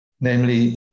Namely